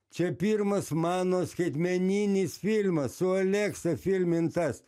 čia pirmas mano skaitmeninis filmas su aleksa filmintas